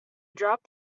dropped